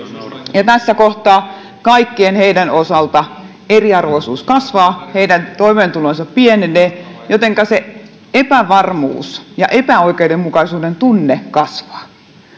ja tässä kohtaa kaikkien heidän osalta eriarvoisuus kasvaa heidän toimeentulonsa pienenee jotenka se epävarmuus ja epäoikeudenmukaisuuden tunne kasvaa